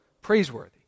praiseworthy